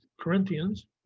Corinthians